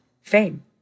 fame